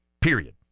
period